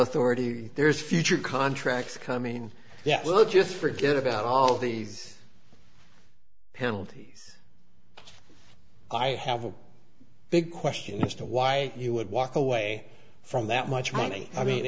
authority there's future contracts coming yeah just forget about all these penalties i have a big question as to why he would walk away from that much money i mean